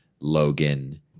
Logan